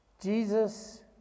Jesus